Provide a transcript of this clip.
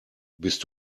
bist